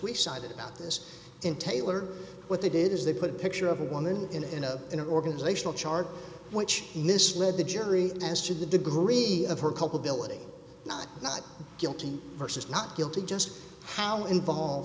about this in taylor what they did is they put a picture of a woman in a in an organizational chart which misled the jury as to the degree of her culpability not not guilty vs not guilty just how involved